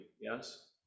yes